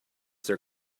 their